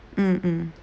mm mm